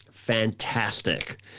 fantastic